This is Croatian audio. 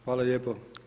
Hvala lijepo.